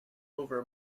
over